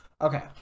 Okay